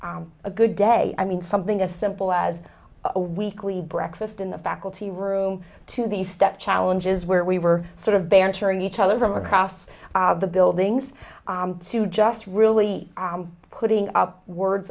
a good day i mean something as simple as a weekly breakfast in the faculty room to the step challenges where we were sort of bantering each other from across the buildings to just really putting up words